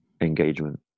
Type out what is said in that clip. engagement